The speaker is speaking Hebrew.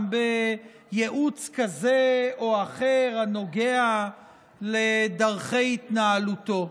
בייעוץ כזה או אחר הנוגע לדרכי התנהלותו.